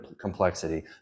complexity